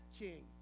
king